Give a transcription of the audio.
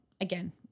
again